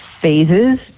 phases